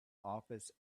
office